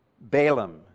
Balaam